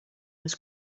was